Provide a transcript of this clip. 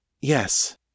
Yes